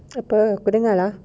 apa aku dengar lah